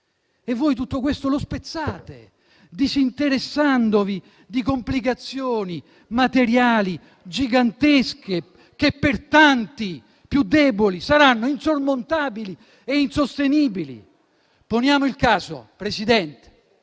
Voi spezzate questa programmazione, disinteressandovi di complicazioni materiali gigantesche, che per tanti, più deboli, saranno insormontabili e insostenibili. Poniamo il caso di una